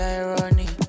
irony